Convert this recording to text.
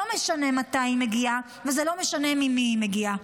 לא משנה מתי היא מגיעה וזה לא משנה ממי היא מגיעה.